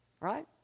Right